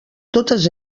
totes